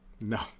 No